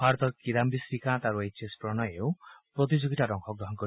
ভাৰতৰ কিদান্বি শ্ৰীকান্ত আৰু এইছ এছ প্ৰণয়েও প্ৰতিযোগিতাত অংশগ্ৰহণ কৰিব